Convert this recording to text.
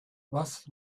was